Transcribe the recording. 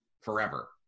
forever